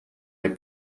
hay